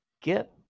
get